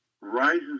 rises